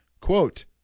Quote